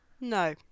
no